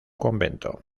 convento